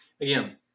Again